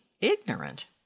ignorant